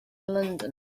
london